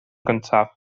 gyntaf